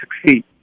succeed